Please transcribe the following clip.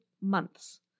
months